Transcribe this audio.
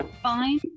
fine